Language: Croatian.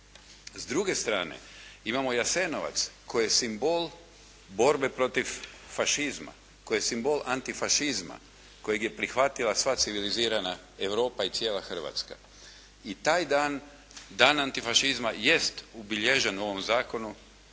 S druge strane imamo Jasenovac koji je simbol borbe protiv fašizma, koji je simbol antifašizma kojeg je prihvatila sva civilizirana Europa i cijela Hrvatska. I taj dan, Dan antifašizma jest obilježen u ovom zakonu,